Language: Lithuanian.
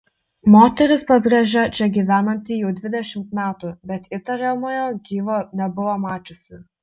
moteris pabrėžia čia gyvenanti jau dvidešimt metų bet įtariamojo gyvo nebuvo mačiusi